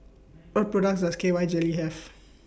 What products Does K Y Jelly Have